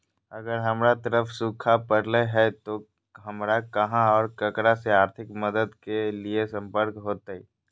अगर हमर तरफ सुखा परले है तो, हमरा कहा और ककरा से आर्थिक मदद के लिए सम्पर्क करे होतय?